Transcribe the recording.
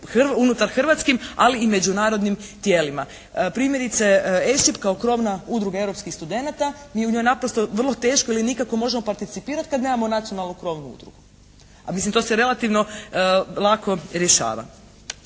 unutar hrvatskim, ali i međunarodnim tijelima. Primjerice, ESIB kao krovna udruga europskih studenata. Nju je naprosto vrlo teško ili nikako možemo participirati kad nemamo nacionalnu krovnu udrugu. A mislim to se relativno lako rješava.